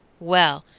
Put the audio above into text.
well,